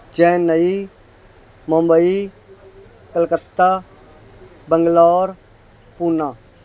Chennai Mumbai Calcutta Bangalore Poona